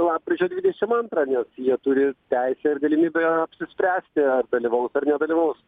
lapkričio lapkričio dvidešim antrą nes jie turi teisę ir galimybę apsispręsti ar dalyvaus ar nedalyvaus